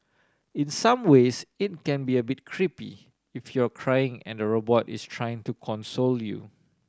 in some ways it can be a bit creepy if you're crying and robot is trying to console you